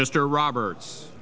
mr roberts